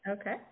Okay